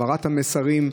העברת המסרים,